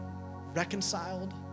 reconciled